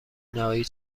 نهایی